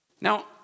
Now